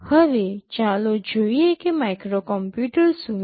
હવે ચાલો જોઈએ કે માઇક્રોકોમ્પ્યુટર શું છે